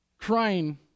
Crying